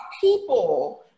people